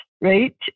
right